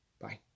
Bye